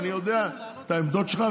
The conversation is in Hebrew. ואני יודע את העמדות שלך,